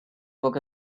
books